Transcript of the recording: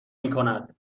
میکند